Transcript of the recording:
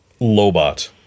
Lobot